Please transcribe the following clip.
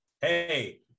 Hey